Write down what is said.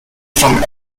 from